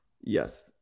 Yes